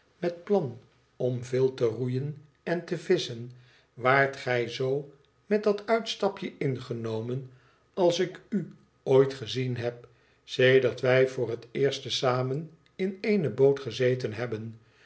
met plan om veel te roeien en te visschen waart gij zoo met dat uitstapje ingenomen als ik u ooit gezien heb sedert wij voor het eerst te zamen in eene boot gezeten hebben